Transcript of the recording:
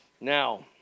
Now